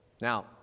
now